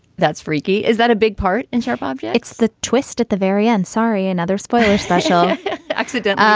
that's freaky is that a big part in sharp? um yeah it's the twist at the very end. sorry. and other spoilers. special accident. ah